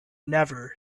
never